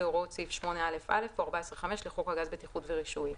להוראות סעיף 8א(א) או 14(5) לחוק הגז (בטיחות ורישוי).